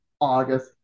August